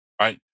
right